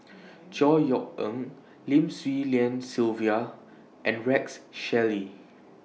Chor Yeok Eng Lim Swee Lian Sylvia and Rex Shelley